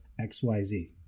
XYZ